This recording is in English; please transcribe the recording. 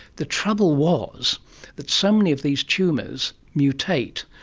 the trouble was that so many of these tumours mutate,